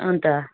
अन्त